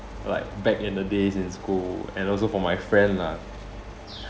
like back in the days in school and also for my friend lah